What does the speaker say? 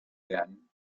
then